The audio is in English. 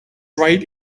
right